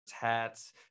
hats